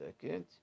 Second